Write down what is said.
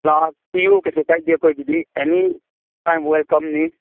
ꯂꯥꯛꯄꯤꯎ ꯀꯩꯁꯨ ꯀꯥꯏꯗꯦ ꯑꯩꯈꯣꯏꯒꯤꯗꯤ ꯑꯦꯅꯤ ꯇꯥꯏꯝ ꯋꯦꯜꯀꯝꯅꯤ